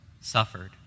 suffered